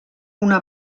una